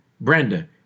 Brenda